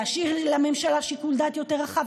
להשאיר לממשלה שיקול דעת יותר רחב,